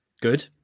Good